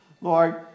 Lord